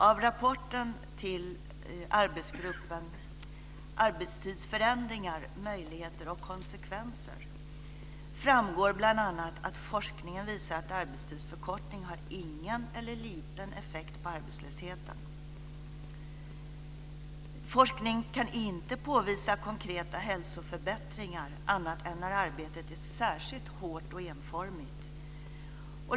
Av rapporten till arbetsgruppen Arbetstidsförändringar - möjligheter och konsekvenser framgår bl.a. att forskningen visar att arbetstidsförkortning har ingen eller liten effekt på arbetslösheten. Forskningen kan inte påvisa konkreta hälsoförbättringar annat än när arbetet är särskilt hårt och enformigt.